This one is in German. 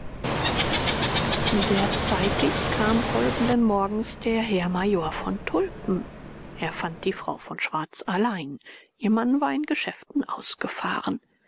sehr zeitig kam folgenden morgens der herr major von tulpen er fand die frau von schwarz allein ihr mann war in geschäften ausgefahren